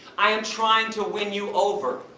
i am trying to win you over,